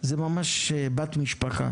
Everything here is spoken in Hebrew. היא ממש בת משפחה.